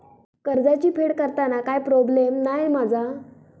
कर्जाची फेड करताना काय प्रोब्लेम नाय मा जा?